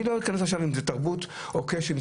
אני לא אכנס עכשיו אם זה תרבות או כשל,